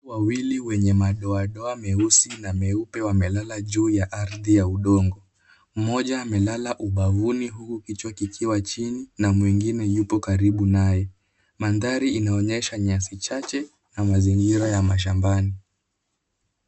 Wawili wenye madoa meusi na meupe wamelala juu ya ardhi ya udongo. Mmoja amelala ubavuni huku kichwa kikiwa chini na mwingine yupo karibu naye. Mandhari inaonyesha nyasi chache na mazingira ya shambani.